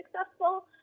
successful